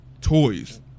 toys